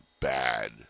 bad